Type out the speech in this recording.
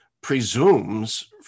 presumes